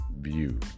view